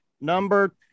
number